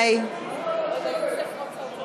חבר הכנסת יוסף